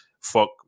fuck